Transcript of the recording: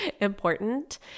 important